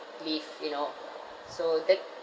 leave you know so that